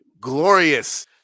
glorious